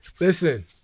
Listen